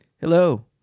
Hello